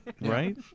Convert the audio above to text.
right